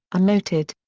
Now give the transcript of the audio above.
noted.